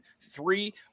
three